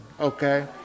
okay